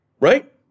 Right